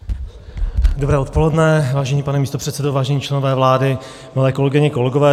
Dobré odpoledne, vážený pane místopředsedo, vážení členové vlády, milé kolegyně, kolegové.